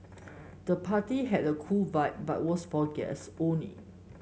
the party had a cool vibe but was for guests only